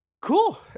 Cool